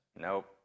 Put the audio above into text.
Nope